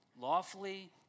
lawfully